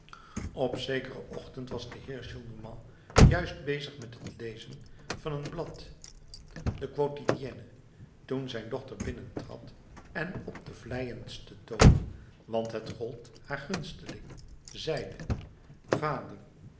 op zekeren ochtend was de heer gillenormand juist bezig met het lezen van een blad de quotidienne toen zijn dochter binnentrad en op den vleiendsten toon want het gold haar gunsteling zeide vader